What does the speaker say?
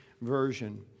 Version